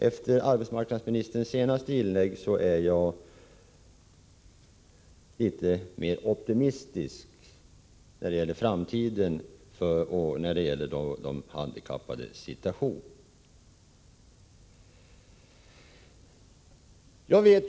Efter arbetsmarknadsministerns senaste inlägg är jag litet mer optimistisk i fråga om de handikappades situation i framtiden.